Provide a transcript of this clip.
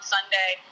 Sunday